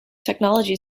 technology